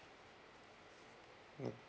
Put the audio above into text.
mm